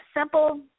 simple